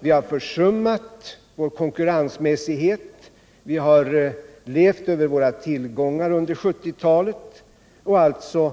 Vi har försummat vår konkurrensmässighet, vi har levt över våra tillgångar under 1970-talet och alltså